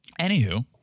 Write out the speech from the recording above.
anywho